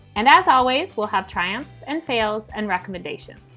and as always, we'll have triumphs and sales and recommendations.